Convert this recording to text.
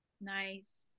Nice